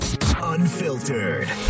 unfiltered